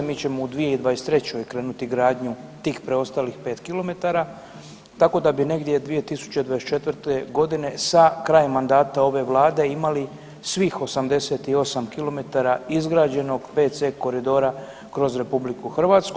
Mi ćemo u 2023. krenuti gradnju tih preostalih 5 kilometara tako da bi negdje 2024. godine sa krajem mandata ove vlade imali svih 88 kilometara izrađenog 5C koridora kroz RH.